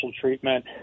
treatment